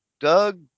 Doug